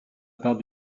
part